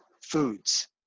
foods